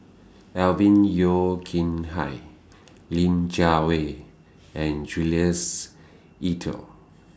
Alvin Yeo Khirn Hai Lin Jiawei and Jules Itier